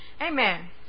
Amen